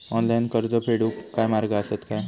Online कर्ज फेडूचे काय मार्ग आसत काय?